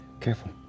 Careful